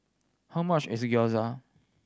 how much is Gyoza